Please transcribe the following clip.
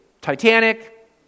Titanic